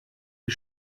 die